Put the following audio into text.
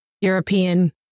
European